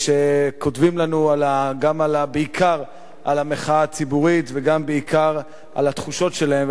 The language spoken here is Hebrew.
שכותבים לנו בעיקר על המחאה הציבורית וגם בעיקר על התחושות שלהם,